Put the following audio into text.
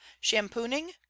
shampooing